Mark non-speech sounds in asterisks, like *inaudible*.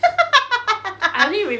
*laughs*